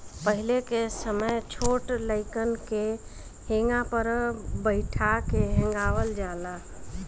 पहिले के समय छोट लइकन के हेंगा पर बइठा के हेंगावल जाला